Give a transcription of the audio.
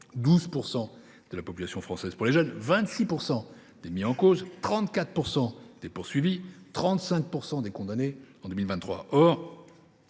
12 % de la population française, mais 26 % des mis en cause, 34 % des poursuivis et 35 % des condamnés en 2023.